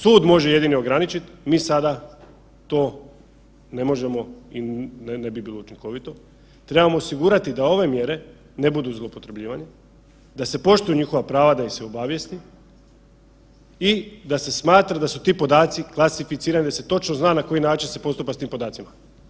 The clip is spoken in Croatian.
Sud može jedino ograničit, mi sada to ne možemo i ne bi bilo učinkovito, trebamo osigurati da ove mjere ne budu zloupotrebljivane, da se poštuju njihova prava da ih se obavijesti i da se smatra da su ti podaci klasificirani da se točno zna na koji način se postupa s tim podacima.